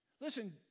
Listen